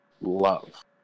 love